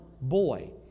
boy